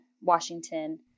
Washington